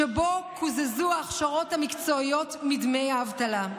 שבו קוזזו ההכשרות המקצועיות מדמי האבטלה.